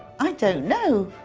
i don't know.